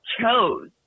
chose